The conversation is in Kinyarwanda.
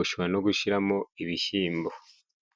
ushobora no gushiramo ibishyimbo.